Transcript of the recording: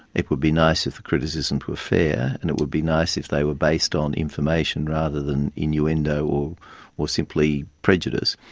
it would be nice if the criticisms were fair and it would be nice if they were based on information rather than innuendo or simply prejudice,